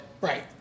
right